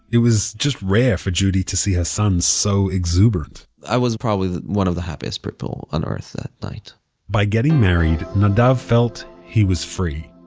it was just rare for judy to see her son so exuberant i was probably one of the happiest people on earth that night by getting married, nadav felt he was free.